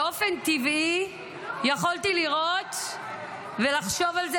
באופן טבעי יכולתי לראות ולחשוב על זה